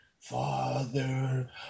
father